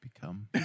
become